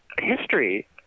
history